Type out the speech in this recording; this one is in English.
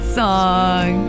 song